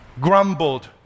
grumbled